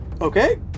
Okay